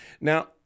Now